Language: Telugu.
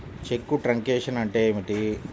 చెక్కు ట్రంకేషన్ అంటే ఏమిటి?